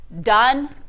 done